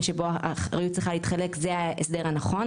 שבו האחריות צריכה להתחלק זה ההסדר הנכון.